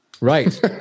Right